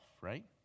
right